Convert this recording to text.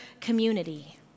community